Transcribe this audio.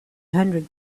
hundred